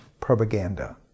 propaganda